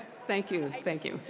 thank you. and thank you.